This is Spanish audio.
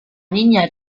niña